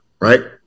right